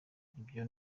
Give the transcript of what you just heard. ivyo